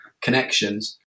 connections